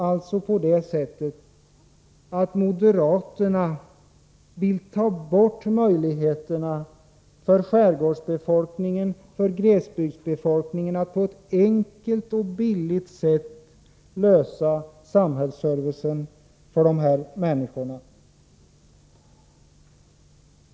Är det så att moderaterna vill ta bort möjligheterna att ordna samhällsservicen på ett enkelt och billigt sätt för glesbygdsbefolkningen, skärgårdsbefolkningen?